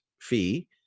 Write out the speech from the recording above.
fee